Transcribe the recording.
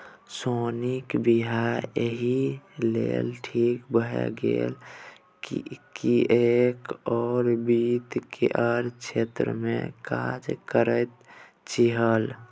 सोनीक वियाह एहि लेल ठीक भए गेल किएक ओ वित्त केर क्षेत्रमे काज करैत छलीह